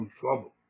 trouble